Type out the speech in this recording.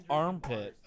armpit